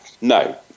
No